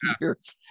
years